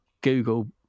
Google